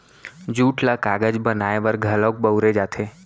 jute ल कागज बनाए बर घलौक बउरे जाथे